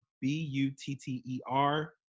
B-U-T-T-E-R